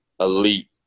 elite